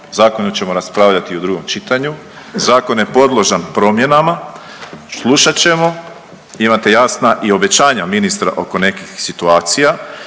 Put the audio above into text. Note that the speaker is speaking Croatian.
zakonu ćemo raspravljati i u drugom čitanju, zakon je podložan promjenama, slušat ćemo. Imate jasna i obećanja ministra oko nekih situacija